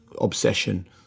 obsession